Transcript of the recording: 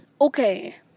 Okay